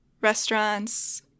restaurants